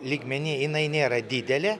lygmeny jinai nėra didelė